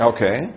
Okay